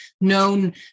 known